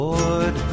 Lord